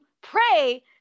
pray